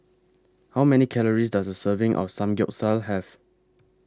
How Many Calories Does A Serving of Samgyeopsal Have